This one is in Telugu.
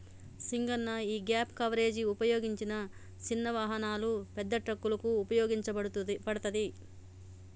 సింగన్న యీగేప్ కవరేజ్ ఉపయోగించిన సిన్న వాహనాలు, పెద్ద ట్రక్కులకు ఉపయోగించబడతది